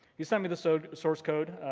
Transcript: he sent me the so source code,